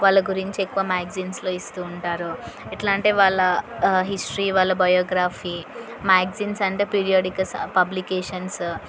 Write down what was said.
వాళ్ళ గురించి ఎక్కువ మ్యాగజైన్స్లో ఇస్తూ ఉంటారు ఎట్లా అంటే వాళ్ళ హిస్టరీ వాళ్ళ బయోగ్రఫీ మ్యాగజైన్స్ అంటే పీరియోడిక్ పబ్లికేషన్సు